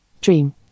dream